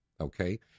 okay